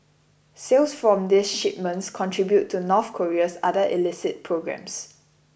sales from these shipments contribute to North Korea's other illicit programmes